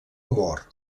amor